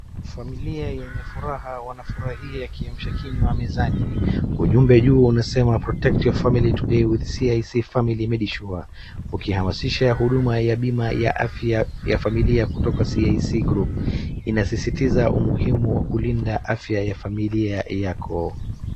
Familia yenye furaha wanafurahia kiamsha kinywa mezani. Ujumbe juu unasema protect your family today with CIC Family Medisure. Ukihamashisha huduma ya bima ya afya ya familia kutoka CIC Group. Inasisitiza umuhimu wa kulinda afya ya familia yako.